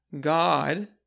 God